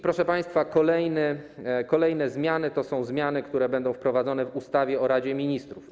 Proszę państwa, kolejne zmiany to są zmiany, które będą wprowadzone w ustawie o Radzie Ministrów.